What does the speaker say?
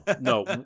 no